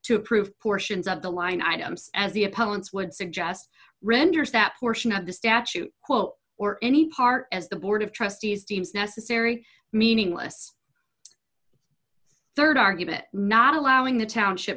approve portions of the line items as the opponents would suggest renders that portion of the statute quote or any part as the board of trustees deems necessary meaningless rd argument not allowing the township